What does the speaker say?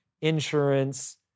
insurance